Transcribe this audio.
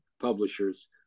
publishers